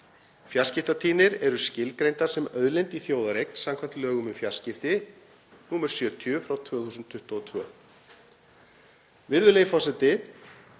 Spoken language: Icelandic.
Fjarskiptatíðnir eru skilgreindar sem auðlind í þjóðareign samkvæmt lögum um fjarskipti, nr. 70/2022.